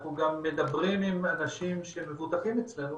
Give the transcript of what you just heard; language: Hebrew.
אנחנו גם מדברים עם אנשים שהם מבוטחים אצלנו